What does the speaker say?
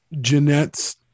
Jeanette's